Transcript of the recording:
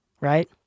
right